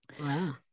wow